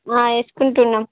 వేసుకుంటున్నాను